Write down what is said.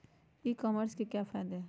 ई commerce के क्या फायदे हैं?